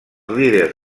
líders